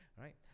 Right